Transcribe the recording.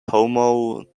homo